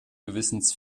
gewissens